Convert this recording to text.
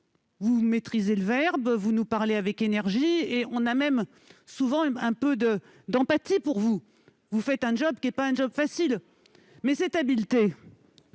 vous maîtrisez le verbe, vous nous parlez avec énergie ... On a même souvent un peu d'empathie pour vous, car vous faites un job qui n'est pas facile. Mais cette habileté